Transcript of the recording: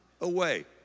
away